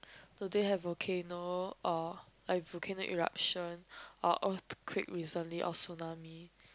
do they have volcano or like volcano eruption or earthquake recently or tsunami